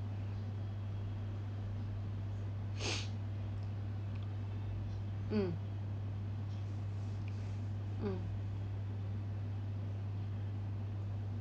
mm mm